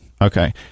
Okay